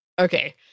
Okay